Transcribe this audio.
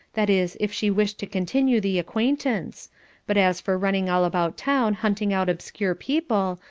that is, if she wished to continue the acquaintance but as for running all about town hunting out obscure people,